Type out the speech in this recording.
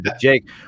Jake